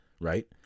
Right